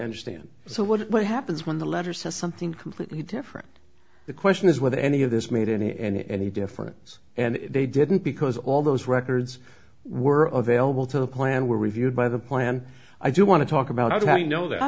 understand so what happens when the letter says something completely different the question is whether any of this made any and any difference and they didn't because all those records were available to the plan were reviewed by the plan i do want to talk about how you know